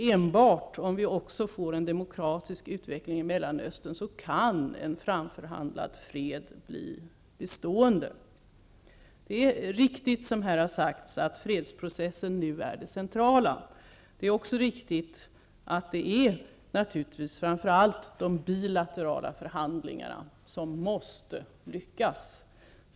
Enbart om vi också får en demokratisk utveckling i Mellanöstern kan en framförhandlad fred bli bestående. Det är riktigt, som här har sagts, att fredsprocessen nu är det centrala. Det är också riktigt att naturligtvis framför allt de bilaterala förhandlingarna måste lyckas.